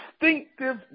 distinctive